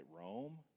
Rome